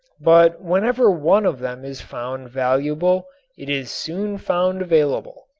but whenever one of them is found valuable it is soon found available.